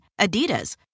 Adidas